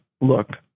look